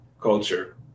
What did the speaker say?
culture